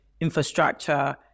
infrastructure